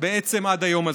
בעצם עד היום הזה.